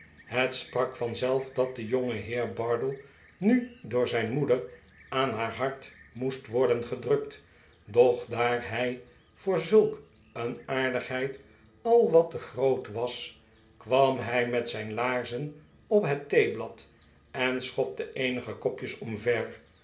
het sprak vanzelf dat de jongeheer bardell nu door zijn moeder aan haar hart moest worden gedrukt doch daar hij voor zulk een aardigheid al wat te groot was kwam hij met zijn laarzen op het theeblad en schopte eenige kopjes omver